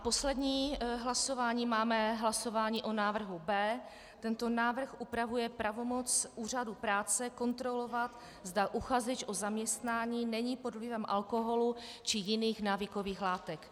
Poslední hlasování máme hlasování o návrhu B. Tento návrh upravuje pravomoc úřadu práce kontrolovat, zda uchazeč o zaměstnání není pod vlivem alkoholu či jiných návykových látek.